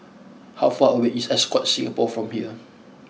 how far away is Ascott Singapore from here